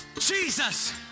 Jesus